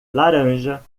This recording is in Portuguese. laranja